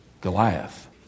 Goliath